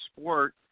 sport